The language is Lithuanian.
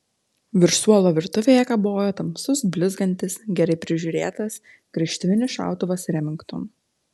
virš suolo virtuvėje kabojo tamsus blizgantis gerai prižiūrėtas graižtvinis šautuvas remington